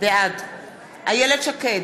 בעד איילת שקד,